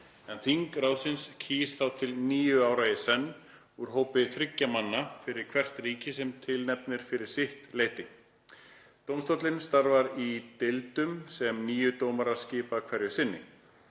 en þing ráðsins kýs þá til níu ára í senn úr hópi þriggja manna sem hvert ríki tilnefnir fyrir sitt leyti. Dómstóllinn starfar í deildum sem níu dómarar skipa hverju sinni,